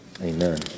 Amen